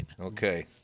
okay